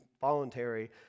voluntary